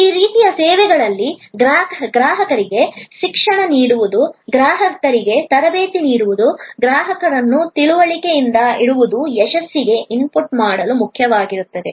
ಈ ರೀತಿಯ ಸೇವೆಗಳಲ್ಲಿ ಗ್ರಾಹಕರಿಗೆ ಶಿಕ್ಷಣ ನೀಡುವುದು ಗ್ರಾಹಕರಿಗೆ ತರಬೇತಿ ನೀಡುವುದು ಗ್ರಾಹಕರನ್ನು ತಿಳುವಳಿಕೆಯಿಂದ ಇಡುವುದು ಯಶಸ್ಸಿಗೆ ಇನ್ಪುಟ್ ಮಾಡಲು ಮುಖ್ಯವಾಗಿರುತ್ತದೆ